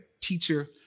teacher